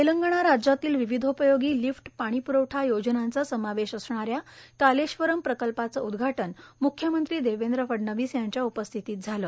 तेलंगणा राज्यातील विविधोपयोगी लिफ्ट पाणीप्रवठा योजनांचा समावेश असणाऱ्या कालेश्वरम प्रकल्पाचं उदघाटन मुख्यमंत्री देवेंद्र फडणवीस यांच्या उपस्थितीत झालं